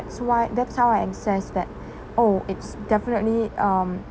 why that's how I assess that oh it's definitely um